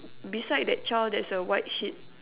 beside that child there's a white sheet